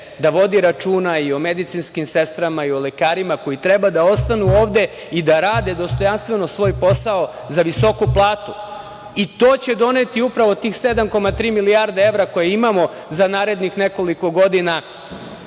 da vodi računa i o medicinskim sestrama i o lekarima koji treba da ostanu ovde i da rade dostojanstveno svoj posao za visoku platu. To će doneti upravo tih 7,3 milijardi evra koje imamo za narednih nekoliko godina,